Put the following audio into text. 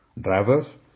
Drivers